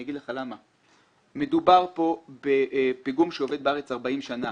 אני אגיד לך למה: מדובר פה בפיגום שעובד בארץ 40 שנה.